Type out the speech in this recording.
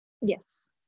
Yes